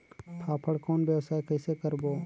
फाफण कौन व्यवसाय कइसे करबो?